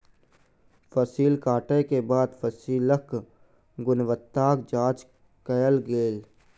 फसिल कटै के बाद फसिलक गुणवत्ताक जांच कयल गेल